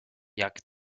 jak